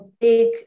big